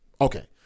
Okay